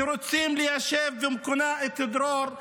שרוצים ליישב במקומם את דרור.